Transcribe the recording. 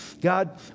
God